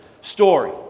story